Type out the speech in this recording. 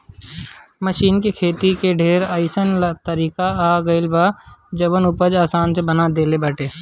machine से खेती के ढेर अइसन तरीका आ गइल बा जवन उपज आसान बना देले बाटे